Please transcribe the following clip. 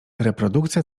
reprodukcja